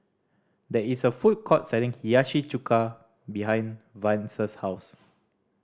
there is a food court selling Hiyashi Chuka behind Vance's house